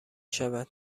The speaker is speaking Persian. شود